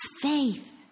faith